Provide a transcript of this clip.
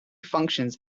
functions